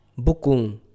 bukung